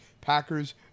Packers